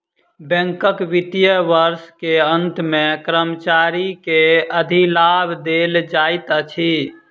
बैंकक वित्तीय वर्ष के अंत मे कर्मचारी के अधिलाभ देल जाइत अछि